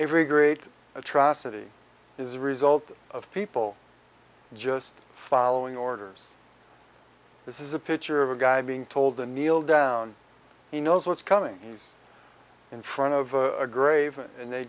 every great atrocity is a result of people just following orders this is a picture of a guy being told a kneel down he knows what's coming he's in front of a grave and they